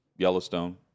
yellowstone